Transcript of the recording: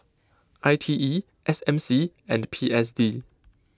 I T E S M C and P S D